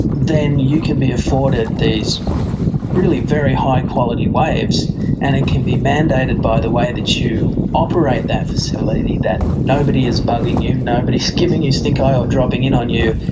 then you can be afforded these really very high quality waves and it can be mandated by the way that you operate that facility, that nobody is bugging you, nobody know but is giving you stink-eye or dropping in on you,